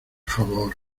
favor